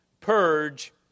Purge